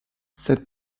cette